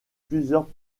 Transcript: plusieurs